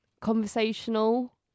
conversational